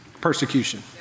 persecution